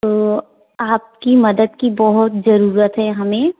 तो आपकी मदद की बहुत ज़रूरत है हमें